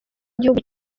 igihugu